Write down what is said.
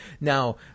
Now